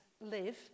live